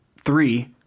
three